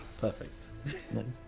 Perfect